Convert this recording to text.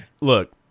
look